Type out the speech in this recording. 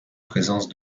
présence